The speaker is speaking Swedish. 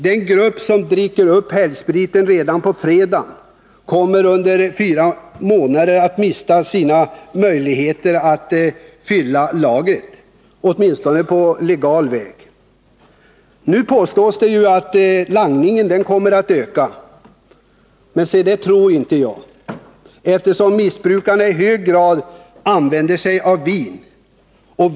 De som dricker upp helgspriten redan på fredagen kommer under fyra månader att mista sina möjligheter att fylla på lagret under veckohelgen, åtminstone på legal väg. Det påstås att langningen kommer att öka — men, se, det tror inte jag, eftersom missbrukarna i hög grad använder sig av vin.